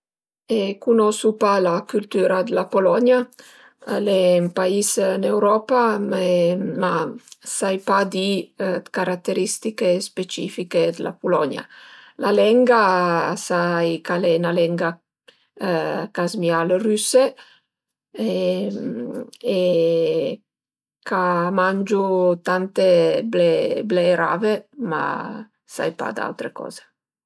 E cunosu pa la cültüra d'la Polonia, al e ün pais dë l'Europa, ma sai pa di dë carateristiche specifiche d'la Pulonia. La lenga sai ch'al e 'na lenga ch'a zmìa al rüse e ch'a mangiu tante ble blerave ma sai pa d'autre coze